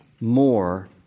more